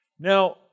Now